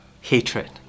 hatred